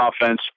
offense